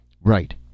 Right